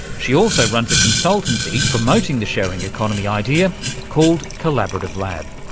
she also runs a consultancy promoting the sharing economy idea called collaborative lab.